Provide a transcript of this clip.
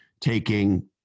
taking